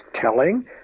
telling